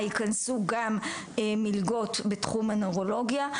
ייכנסו גם מלגות בתחום הנוירולוגיה.